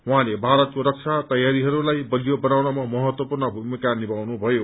उहाँले भारतको रक्षा तयारीहरूलाई बलियो बनाउनमा महत्त्वपूर्ण भूमिका निभाउनुभयो